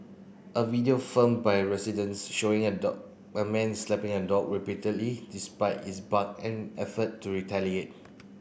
a video film by a residents showing a dog a man slapping a dog repeatedly despite its bark and effort to retaliate